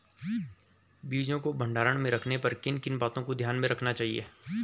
बीजों को भंडारण में रखने पर किन किन बातों को ध्यान में रखना चाहिए?